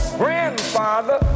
grandfather